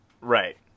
right